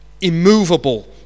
immovable